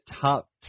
top